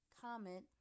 comment